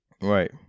right